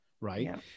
right